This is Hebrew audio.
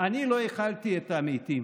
אני לא הכלתי את המתים.